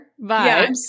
vibes